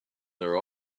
their